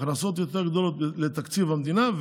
הכנסות יותר גדולות לתקציב המדינה,